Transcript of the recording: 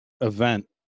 event